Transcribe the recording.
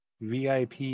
VIP